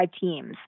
teams